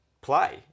play